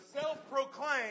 self-proclaimed